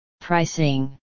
Pricing